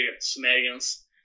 Sumerians